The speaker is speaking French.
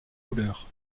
couleurs